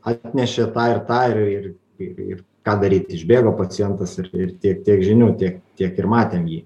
atnešė tą ir tą ir ir ir ir ką daryt išbėgo pacientas ir ir tiek tiek žinių tiek tiek ir matėm jį